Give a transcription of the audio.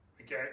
Okay